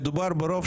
מי מנמק?